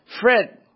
Fred